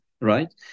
right